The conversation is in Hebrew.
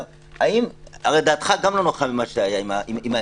הרי דעתך גם לא נוחה ממה שהיה עם הילדה הזאת.